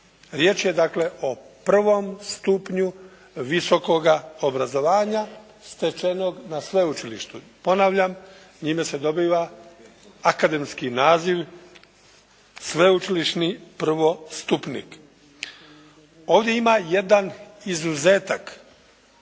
Riječ je dakle o prvom stupnju visokoga obrazovanja stečenog na sveučilištu. Ponavljam, njime se dobiva akademski naziv sveučilišni prvostupnik. Ovdje ima jedan izuzetak.